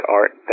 art